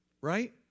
Right